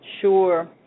Sure